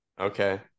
okay